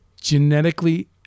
genetically